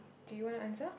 do you wanna answer